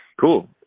Cool